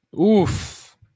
Oof